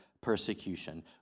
persecution